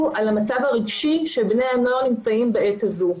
על המצב הרגשי שבני הנוער נמצאים בעת הזו.